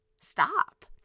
stop